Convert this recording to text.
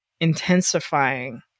intensifying